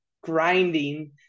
grinding